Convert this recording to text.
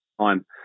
time